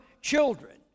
children